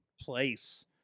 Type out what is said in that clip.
place